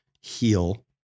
heal